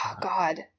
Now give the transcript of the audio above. God